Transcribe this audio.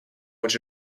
which